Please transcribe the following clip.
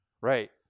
Right